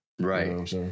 Right